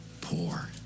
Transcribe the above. poor